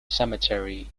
cemetery